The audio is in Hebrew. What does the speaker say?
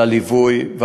ועל הליווי,